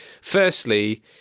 Firstly